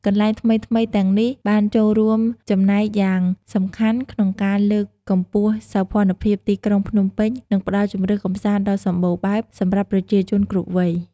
កន្លែងថ្មីៗទាំងនេះបានចូលរួមចំណែកយ៉ាងសំខាន់ក្នុងការលើកកម្ពស់សោភ័ណភាពទីក្រុងភ្នំពេញ និងផ្តល់ជម្រើសកម្សាន្តដ៏សម្បូរបែបសម្រាប់ប្រជាជនគ្រប់វ័យ។